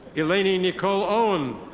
elaine and nicole owen.